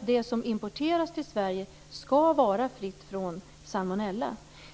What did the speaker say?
Det som importeras till Sverige skall vara fritt från salmonella.